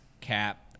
Cap